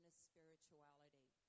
spirituality